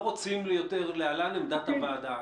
להלן, עמדת הוועדה.